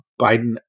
Biden